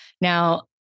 Now